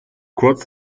kurz